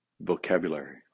vocabulary